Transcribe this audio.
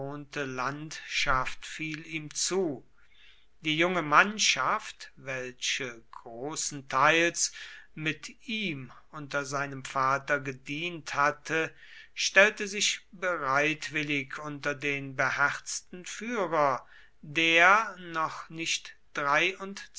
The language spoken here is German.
landschaft fiel ihm zu die junge mannschaft welche großenteils mit ihm unter seinem vater gedient hatte stellte sich bereitwillig unter den beherzten führer der noch nicht